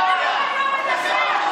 חברת הכנסת מירב בן ארי.